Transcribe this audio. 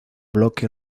bloque